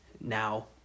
now